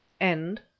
End